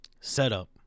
setup